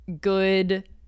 good